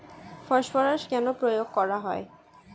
Phosphorus কেন প্রয়োগ করা হয়?